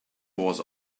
was